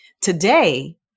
Today